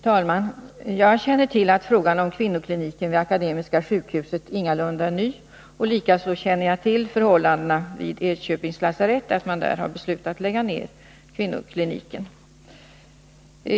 Fru talman! Jag känner till att frågan om kvinnokliniken vid Akademiska sjukhuset ingalunda är ny. Likaså känner jag till att man vid Enköpings lasarett har beslutat att lägga ned kvinnokliniken.